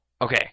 okay